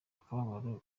akababaro